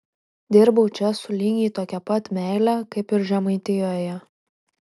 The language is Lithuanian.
dirbau čia su lygiai tokia pat meile kaip ir žemaitijoje